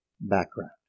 background